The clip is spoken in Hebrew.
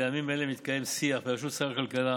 בימים אלה מתקיים שיח בראשות שר הכלכלה